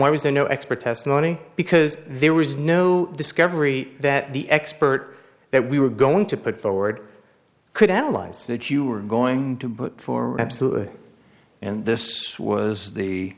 was there no expert testimony because there was no discovery that the expert that we were going to put forward could analyze that you were going to put forward absolutely and this was the